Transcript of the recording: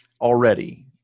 already